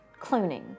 cloning